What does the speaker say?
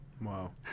Wow